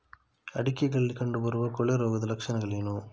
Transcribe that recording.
ಅಡಿಕೆಗಳಲ್ಲಿ ಕಂಡುಬರುವ ಕೊಳೆ ರೋಗದ ಲಕ್ಷಣವೇನು?